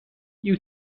you